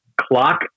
Clock